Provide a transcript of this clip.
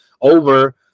over